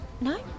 no